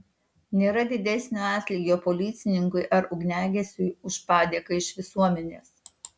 nėra didesnio atlygio policininkui ar ugniagesiui už padėką iš visuomenės